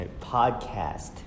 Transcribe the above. Podcast